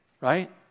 right